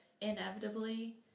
inevitably